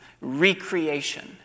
recreation